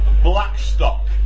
Blackstock